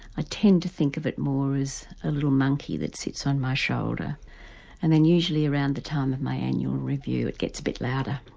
ah tend to think of it more as a little monkey that sits on my shoulder and then usually around the time of my annual review it gets a bit louder.